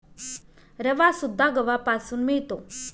रवासुद्धा गव्हापासून मिळतो